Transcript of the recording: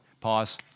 Pause